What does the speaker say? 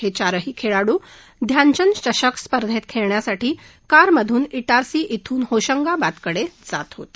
हे चारही खेळाडू ध्यानचंद चषक स्पर्धेत खेळण्यासाठी कारमधून ईटारसी ओून होशंगाबादकडे जात होते